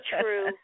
true